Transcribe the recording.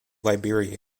liberia